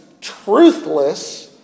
truthless